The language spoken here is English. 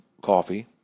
coffee